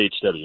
HW